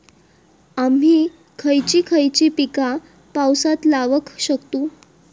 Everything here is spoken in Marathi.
आम्ही खयची खयची पीका पावसात लावक शकतु?